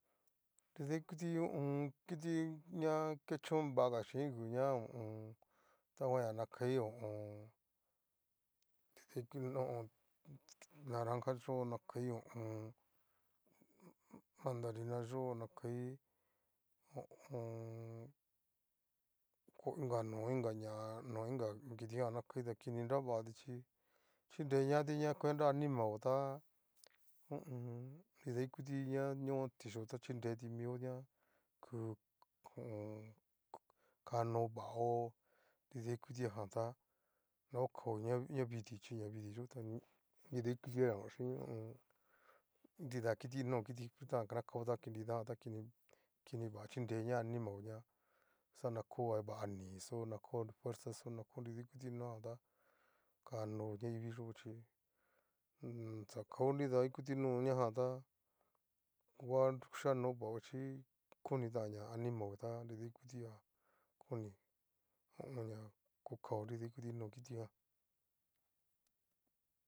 Nrida ikuti ho o on. kiti ña kechón va ga xhín uña, ho o on. tavagaña kai ho o on. nrida ikuti ho o on. naranja yo'o ña kai ho o on. mandarina yo'o na kai ho o on. ko inga no inga ñá no inga no kitijan ña kai ta kini nra vatí chí, chínreñati na kuenta animao tá ho o on. nridaikuti ña ño tixhío ta chinretimio ña ku ho o on. ka- kano vao nrida ikutia jan tá naokao navidi chí navidi yo'o ta nridaikutiajan chín ho o on. nrida kiti no kiti frutajan na kao ta nidajan ta kini va chínreña animao, ña xana ko va nixó, na ko fuerzaxó nako nridaikuti noa jan tá kano naivi yo'o chí xa kao nrida ikuti no ñajanta ngua xhanovao chí konitanña animao ta nridaikutiajan koni ho o on.ña ko kao no nridaikuti no kitijan